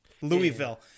Louisville